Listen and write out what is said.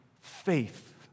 faith